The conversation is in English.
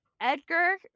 Edgar